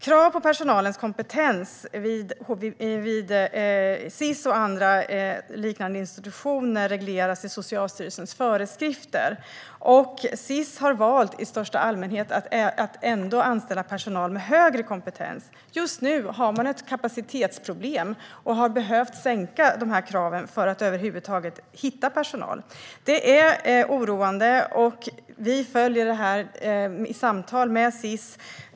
Krav på personalens kompetens vid Sis och andra liknande institutioner regleras i Socialstyrelsens föreskrifter, och Sis har i största allmänhet valt att ändå anställa personal med högre kompetens. Just nu har man ett kapacitetsproblem och har behövt sänka dessa krav för att över huvud taget hitta personal. Det är oroande, och vi följer det här i samtal med Sis.